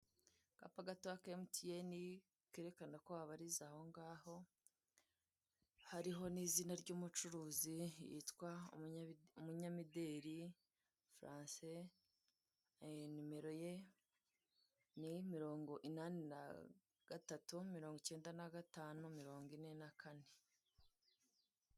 Akapa gatoya ka amutiyeni kerekana ko wabariza ahongaho, hariho n'izina ry'umucuruzi yitwa umunyamideri Furanse nimero ye ni mirongo inani na gatatu mirongo ikenda na gatanu mirongo ine na kane.